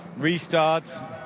restarts